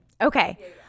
Okay